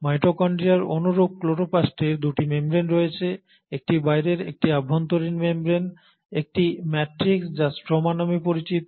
মাইটোকন্ড্রিয়ার অনুরূপ ক্লোরোপ্লাস্টের দুটি মেমব্রেন রয়েছে একটি বাইরের একটি অভ্যন্তরীণ মেমব্রেন একটি ম্যাট্রিক্স যা স্ট্রোমা নামে পরিচিত